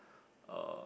uh